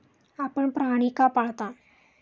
आपण प्राणी का पाळता?